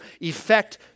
effect